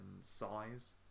size